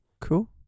Cool